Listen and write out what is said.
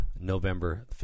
November